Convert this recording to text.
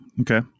Okay